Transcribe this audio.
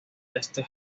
este